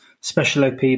special-OP